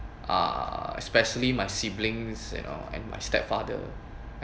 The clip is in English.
uh especially my siblings you know and my stepfather